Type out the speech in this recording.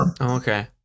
Okay